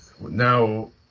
Now